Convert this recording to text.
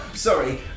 Sorry